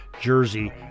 jersey